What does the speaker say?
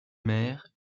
mer